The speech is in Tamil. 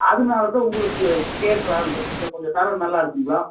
அதனால தான் உங்களுக்கு கேட்கலான்னு இது கொஞ்சம் தரம் நல்லா இருக்குதுங்களா